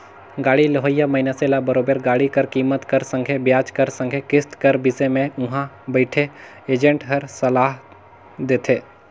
गाड़ी लेहोइया मइनसे ल बरोबेर गाड़ी कर कीमेत कर संघे बियाज कर संघे किस्त कर बिसे में उहां बइथे एजेंट हर सलाव देथे